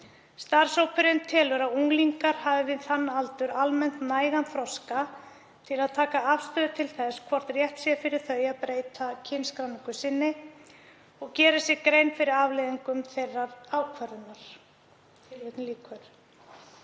„Starfshópurinn telur að unglingar hafi við þann aldur almennt nægan þroska til að taka afstöðu til þess hvort rétt sé fyrir þau að breyta kynskráningu og geri sér grein fyrir afleiðingum þeirrar ákvörðunar.“